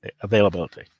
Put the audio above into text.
availability